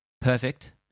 perfect